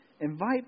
invite